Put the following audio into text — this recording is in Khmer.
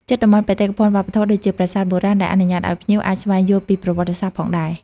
ជិតតំបន់បេតិកភណ្ឌវប្បធម៌ ដូចជាប្រាសាទបុរាណ ដែលអនុញ្ញាតឲ្យភ្ញៀវអាចស្វែងយល់ពីប្រវត្តិសាស្ត្រផងដែរ។